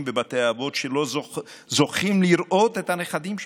בבתי האבות שלא זוכים לראות את הנכדים שלהם,